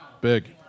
Big